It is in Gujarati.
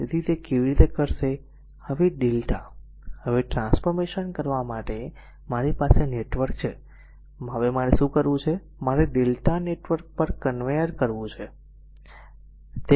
તેથી તે કેવી રીતે કરશે કે હવે Δ હવે ટ્રાન્સફોર્મેશન કરવા માટે મારી પાસે નેટવર્ક છે હવે મારે શું કરવું છે મારે Δ નેટવર્ક પર કન્વેયર કરવું પડશે